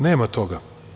Nema toga.